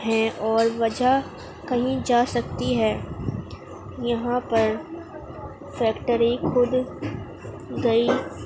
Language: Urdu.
ہیں اور وجہ کہیں جا سکتی ہے یہاں پر فیکٹری کھد گئی